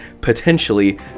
potentially